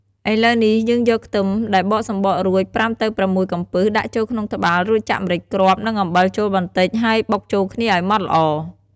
ឥឡូវនេះ យើងយកខ្ទឹមដែលបកសំបករួច ៥ទៅ៦ កំពឹសដាក់ចូលក្នុងត្បាល់ រួចចាក់ម្រេចគ្រាប់ និងអំបិលចូលបន្តិច ហើយបុកចូលគ្នាឲ្យម៉ដ្ឋល្អ។